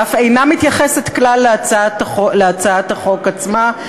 ואף אינה מתייחסת כלל להצעת החוק עצמה,